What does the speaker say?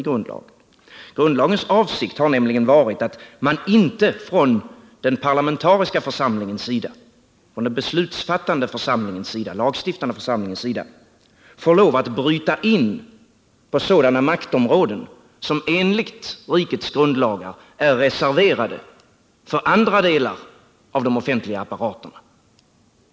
Grundlagsstiftarnas avsikt har nämligen varit att se till att den lagstiftande församlingen inte får bryta in på sådana maktområden som enligt rikets grundlagar är reserverade för andra delar av de offentliga apparaterna.